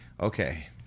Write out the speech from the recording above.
okay